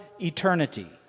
eternity